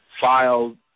filed